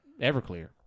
Everclear